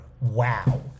Wow